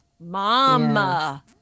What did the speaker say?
mama